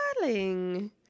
darling